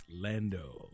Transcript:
Lando